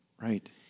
right